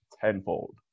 tenfold